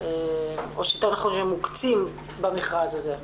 או שיותר נכון מוקצים במכרז הזה?